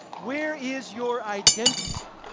where is your identity,